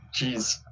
jeez